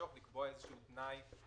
הממוצע הוא 100,000. גברת מיה פרי אלתרמן,